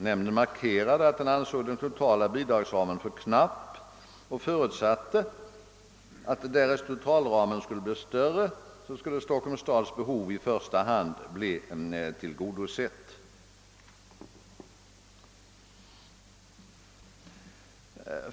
Nämnden markerade att den ansåg den totala bidragsramen för knapp och förutsatte, att därest totalramen skulle bli större skulle Stockholms stads behov i första hand bli tillgodosett.